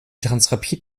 transrapid